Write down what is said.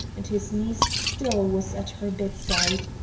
and his niece still was at her bedside.